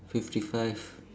fifty five